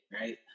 right